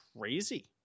crazy